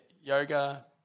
yoga